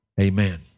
Amen